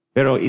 Pero